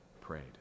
prayed